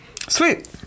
Sweet